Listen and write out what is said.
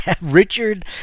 Richard